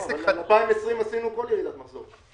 ב-2020 עשינו כל ירידת מחזור.